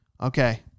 okay